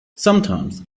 sometimes